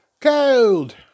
cold